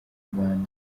rwanda